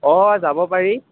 অ যাব পাৰি